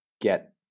get